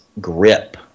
grip